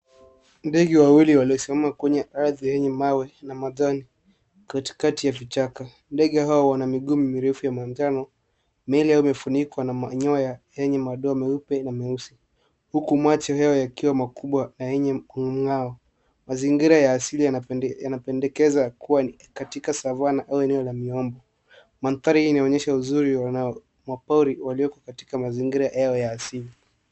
Ndege wawili waliosimama kwenye ardhi yenye mawe na majani katikati ya vichaka. Ndege hao wana miguu mirefu ya manjano, miili imefunikwa na manyoya yenye madoa meupe na meusi huku macho yao yakiwa maku bwa na yenye mng'ao. Mazingira ya asili yanapendekeza kuwa ni katika eneo la savana. Mandhari hii inaonyesha uzuri wa wanyamapori walioko katika mazingira yao ya asili.